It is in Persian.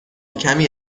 کمی